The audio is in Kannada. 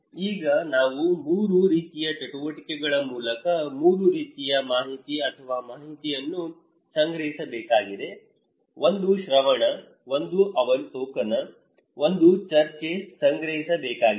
ಈಗ ನಾವು 3 ರೀತಿಯ ಚಟುವಟಿಕೆಗಳ ಮೂಲಕ 3 ರೀತಿಯ ಮಾಹಿತಿ ಅಥವಾ ಮಾಹಿತಿಯನ್ನು ಸಂಗ್ರಹಿಸಬೇಕಾಗಿದೆ ಒಂದು ಶ್ರವಣ ಒಂದು ಅವಲೋಕನ ಒಂದು ಚರ್ಚೆ ಸಂಗ್ರಹಿಸಬೇಕಾಗಿದೆ